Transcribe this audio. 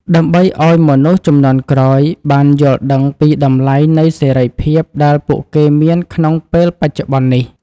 ដើម្បីឱ្យមនុស្សជំនាន់ក្រោយបានយល់ដឹងពីតម្លៃនៃសេរីភាពដែលពួកគេមានក្នុងពេលបច្ចុប្បន្ននេះ។